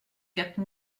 quatre